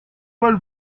paul